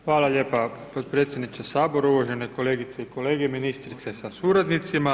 Hvala lijepo potpredsjedniče Sabora, uvažene kolegice i kolege, ministrice sa suradnicima.